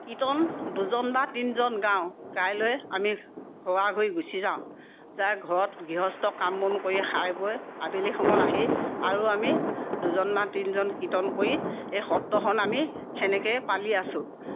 কীৰ্তন দুজন বা তিনজন গাওঁ গাই লৈ আমি ঘৰাঘৰি গুচি যাওঁ যাই লৈ ঘৰত গৃহস্থ কাম বন কৰি খাই বৈ আবেলি সময়ত আহি আৰু আমি দুজন বা তিনজন কীৰ্তন কৰি এই সত্ৰখন আমি সেনেকেই পালি আছো